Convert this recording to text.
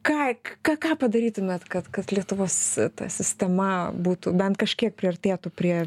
ką ką ką padarytumėt kad kad lietuvos ta sistema būtų bent kažkiek priartėtų prie